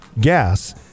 gas